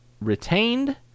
retained